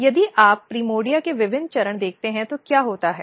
तो यदि आप प्राइमर्डिया के विभिन्न चरण देखते हैं तो क्या होता है